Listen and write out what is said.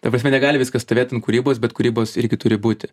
ta prasme negali viskas stovėt ant kūrybos bet kūrybos irgi turi būti